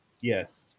Yes